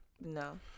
No